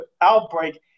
outbreak